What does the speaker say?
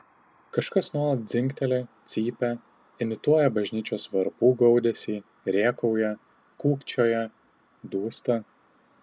kažkas nuolat dzingteli cypia imituoja bažnyčios varpų gaudesį rėkauja kūkčioja dūsta